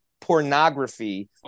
pornography